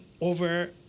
over